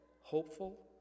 hopeful